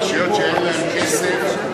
לרשויות שאין להן כסף,